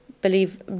believe